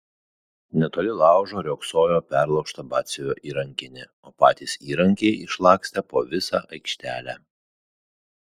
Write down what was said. netoli laužo riogsojo perlaužta batsiuvio įrankinė o patys įrankiai išlakstę po visą aikštelę